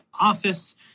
office